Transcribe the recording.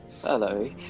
hello